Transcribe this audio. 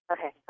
Okay